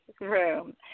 room